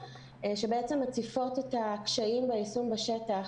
שבעצם מציפות את הקשיים ביישום בשטח